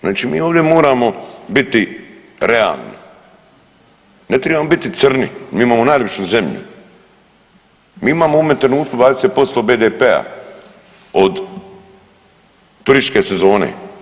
Znači mi ovdje moramo biti realni, ne tribamo biti crni, mi imamo najlipšu zemlju, mi imamo u ovome trenutku 20% BDP-a od turističke sezone.